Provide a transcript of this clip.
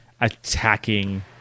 attacking